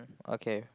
okay